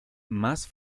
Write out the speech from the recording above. más